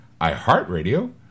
iHeartRadio